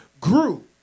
grew